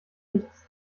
nichts